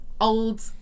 old